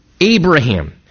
Abraham